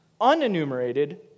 Unenumerated